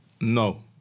No